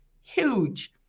huge